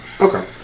Okay